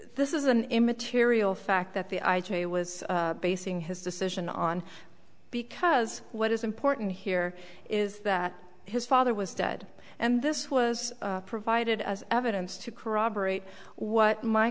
is is an immaterial fact that the i g was basing his decision on because what is important here is that his father was dead and this was provided as evidence to corroborate what my